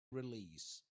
release